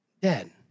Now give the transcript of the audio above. dead